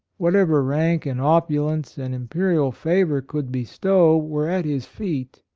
whatever rank and opulence and imperial favor could bestow, were at his feet.